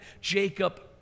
Jacob